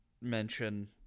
mention